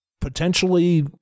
potentially